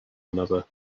another